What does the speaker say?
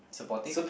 supportive